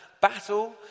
battle